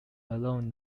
along